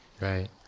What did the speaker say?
Right